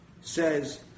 says